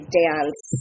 dance